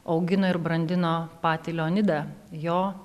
augino ir brandino patį leonidą jo